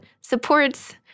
supports